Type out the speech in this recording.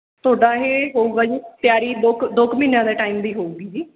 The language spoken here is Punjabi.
ਤੁਹਾਡਾ ਇਹ ਹੋਊਗਾ ਜੀ ਤਿਆਰੀ ਦੋ ਕੁ ਦੋ ਕੁ ਮਹੀਨਿਆਂ ਦੇ ਟਾਈਮ ਦੀ ਹੋਊਗੀ ਜੀ